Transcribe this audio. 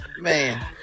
Man